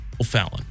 O'Fallon